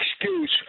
excuse